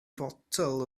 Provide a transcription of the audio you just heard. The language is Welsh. fotel